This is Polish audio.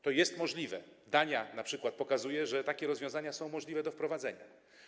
To jest możliwe, np. Dania pokazuje, że takie rozwiązania są możliwe do wprowadzenia.